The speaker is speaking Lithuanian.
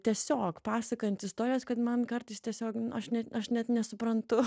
tiesiog pasakojant istorijas kad man kartais tiesiog aš ne aš net nesuprantu